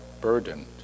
burden